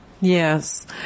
Yes